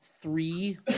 three